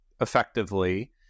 effectively